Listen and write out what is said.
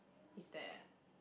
is that